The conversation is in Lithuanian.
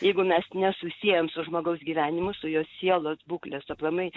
jeigu mes nesusiejam su žmogaus gyvenimu su jo sielos būklės aplamai